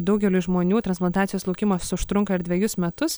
daugeliui žmonių transplantacijos laukimas užtrunka ir dvejus metus